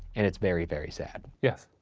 and it's very very sad. yes.